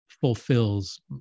fulfills